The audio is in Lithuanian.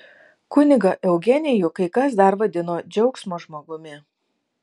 kunigą eugenijų kai kas dar vadino džiaugsmo žmogumi